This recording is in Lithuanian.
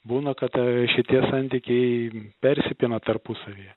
būna kad šitie santykiai persipina tarpusavyje